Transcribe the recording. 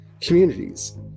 communities